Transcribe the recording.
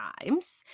times